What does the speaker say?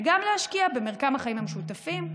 וגם להשקיע במרקם החיים המשותפים,